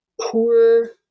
poor